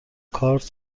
کارت